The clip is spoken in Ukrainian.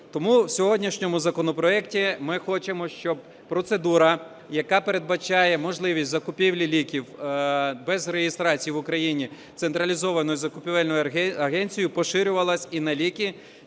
Тому у сьогоднішньому законопроекті ми хочемо, щоб процедура, яка передбачає можливість закупівлі ліків без реєстрації в Україні централізованою закупівельною агенцією, поширювалася і на ліки,